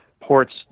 ports